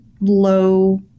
low